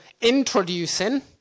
introducing